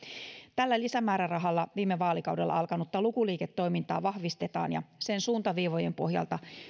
tällä lisämäärärahalla viime vaalikaudella alkanutta lukuliike toimintaa vahvistetaan ja sen suuntaviivojen pohjalta